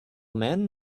men